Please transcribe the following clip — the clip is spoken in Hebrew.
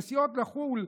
נסיעות לחו"ל,